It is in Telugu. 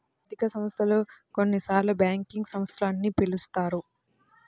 ఆర్థిక సంస్థలు, కొన్నిసార్లుబ్యాంకింగ్ సంస్థలు అని పిలుస్తారు